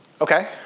Okay